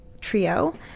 trio